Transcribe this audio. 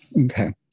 Okay